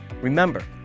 Remember